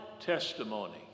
testimony